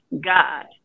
God